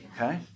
Okay